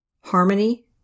harmony